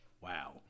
Wow